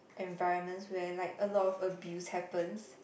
environment where like a lot of abuse happens